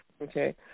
Okay